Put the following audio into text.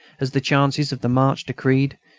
as the chances of the march decreed,